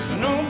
no